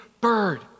bird